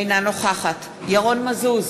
אינה נוכחת ירון מזוז,